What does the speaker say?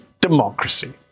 democracy